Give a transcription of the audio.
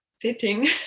fitting